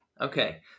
Okay